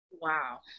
Wow